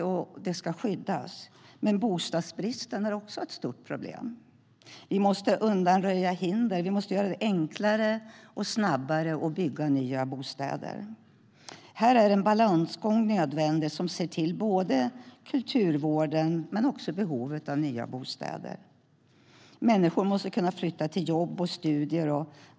Det ska vara ett skydd. Men bostadsbristen är också ett stort problem. Vi måste undanröja hinder och göra det enklare och snabbare att bygga nya bostäder. Här är en balansgång nödvändig som ser till både kulturvården och behovet av nya bostäder. Människor måste kunna flytta till jobb och studier.